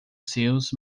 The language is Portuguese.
seus